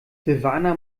silvana